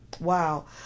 wow